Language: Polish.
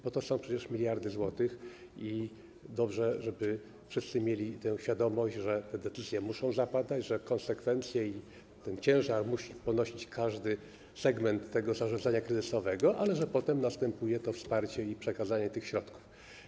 Bo to są przecież miliardy złotych i dobrze, żeby wszyscy mieli tę świadomość, że te decyzje muszą zapadać, że konsekwencje i ciężar musi ponosić każdy segment tego zarządzania kryzysowego, ale że potem następuje wsparcie i przekazanie środków.